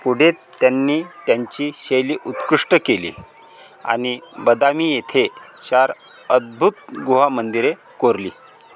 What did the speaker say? पुढे त्यांनी त्यांची शैली उत्कृष्ट केली आणि बदामी येथे चार अद्भुत गुहा मंदिरे कोरली